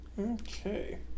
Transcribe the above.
Okay